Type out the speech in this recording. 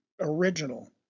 original